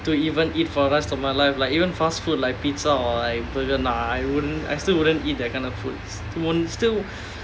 to even eat for the rest of my life like even fast food like pizza or like burger nah I won't I still wouldn't eat that kind of food won't still